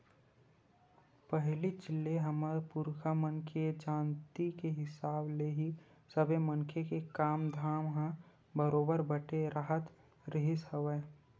पहिलीच ले हमर पुरखा मन के जानती के हिसाब ले ही सबे मनखे के काम धाम ह बरोबर बटे राहत रिहिस हवय